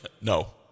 No